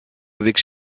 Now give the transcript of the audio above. avec